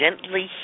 gently